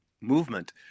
movement